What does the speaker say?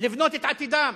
לבנות את עתידם?